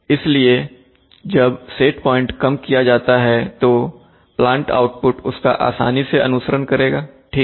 इसलिए जब set point को कम किया जाता है तो प्लांट आउटपुट उसका आसानी से अनुसरण करेगा ठीक है